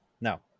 no